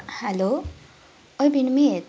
hello औ विनिमित